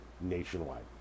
nationwide